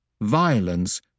violence